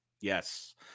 Yes